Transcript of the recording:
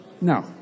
No